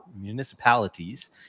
municipalities